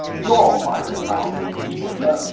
you're quite a powerful speaker, sir,